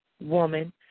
woman